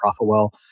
Profitwell